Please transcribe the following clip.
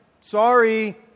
Sorry